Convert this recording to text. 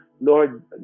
Lord